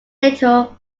little